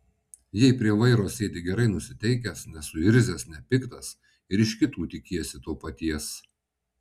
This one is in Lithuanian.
jei prie vairo sėdi gerai nusiteikęs nesuirzęs nepiktas ir iš kitų tikiesi to paties